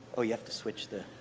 ah you have to switch the